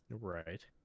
Right